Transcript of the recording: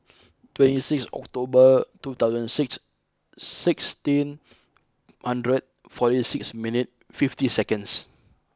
twenty six October two thousand and six sixteen hundred forty six minute fifty seconds